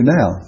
now